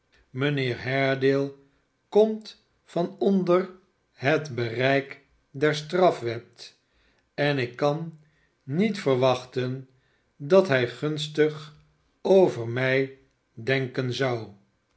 mijnheer haredale komt van onder het bereik der strafwet en ik kan niet verwachten dat hij gunstig over mij denken zou